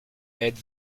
êtes